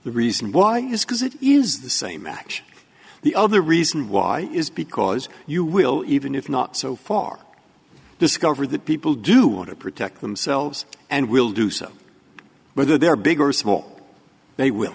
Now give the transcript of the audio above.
the reason why is because it is the same action the other reason why is because you will even if not so far discovered that people do want to protect themselves and will do so whether they're big or small they will